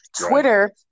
Twitter